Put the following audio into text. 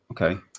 Okay